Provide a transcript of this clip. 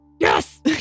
yes